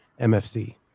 MFC